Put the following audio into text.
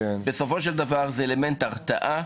בסופו של דבר זה אלמנט הרתעה